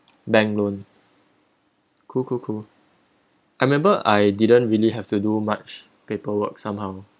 bank loan cool cool cool I remember I didn't really have to do much paperwork somehow